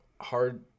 hard